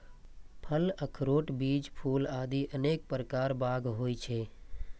फल, अखरोट, बीज, फूल आदि अनेक प्रकार बाग होइ छै